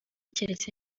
keretse